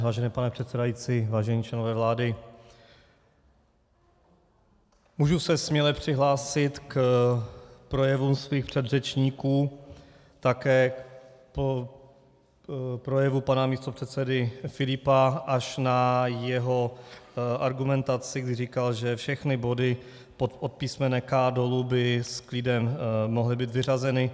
Vážený pane předsedající, vážení členové vlády, mohu se směle přihlásit k projevům svých předřečníků, také k projevu pana místopředsedy Filipa, až na jeho argumentaci, kdy říkal, že všechny body od písmene k) dolů by s klidem mohly být vyřazeny.